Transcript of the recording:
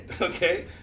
okay